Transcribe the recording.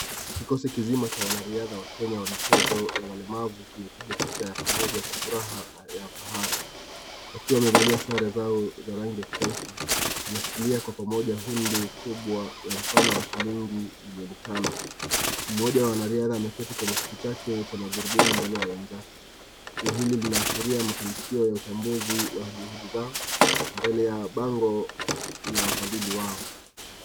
Kikosi kizima cha wanariadha wa Kenya wa michezo ya walemavu kimepiga picha ya pamoja kwa furaha ya fahari, wakiwa wamevalia sare zao za rangi ya kitaifa wanashikilia kwa pamoja hundi kubwa ya mfano wa shilingi milioni tano. Mmoja wa wanariadha ameketi kwenye kiti chake cha magurudumu mbele ya wenzake. Tukio hili linaashiria mafanikio ya utambuzi wa juhudi zao mbele ya bango ya wafadhili wao.